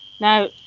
Now